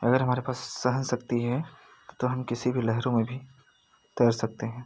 अगर हमारे पास सहन शक्ति है तो हम किसी भी लहरों में भी तैर सकते हैं